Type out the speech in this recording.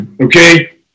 okay